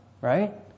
right